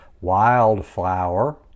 wildflower